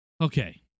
Okay